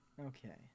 Okay